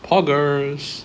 poggers